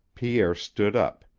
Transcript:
pierre stood up.